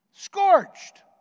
Scorched